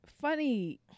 funny